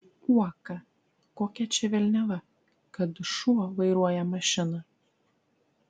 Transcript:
uoką kokia čia velniava kad šuo vairuoja mašiną